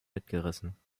mitgerissen